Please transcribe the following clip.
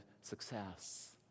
success